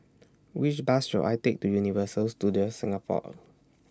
Which Bus should I Take to Universal Studios Singapore